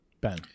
Ben